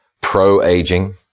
pro-aging